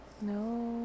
No